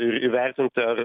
ir įvertinti ar